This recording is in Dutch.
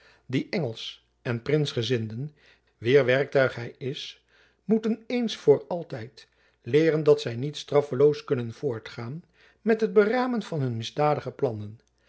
die engelsch en prinsgezinden wier werktuig hy is moeten eens voor altijd leeren dat zy niet straffeloos kunnen voortgaan met het beramen van hun misdadige plannen